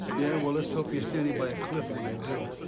yeah? well, let's hope you are standing by a cliff when i do.